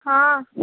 हँ